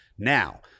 Now